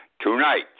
Tonight